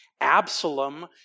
Absalom